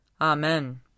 Amen